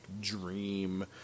dream